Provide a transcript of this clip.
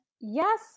Yes